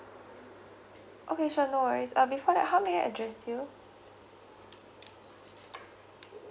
okay sure no worries uh before that how may I address you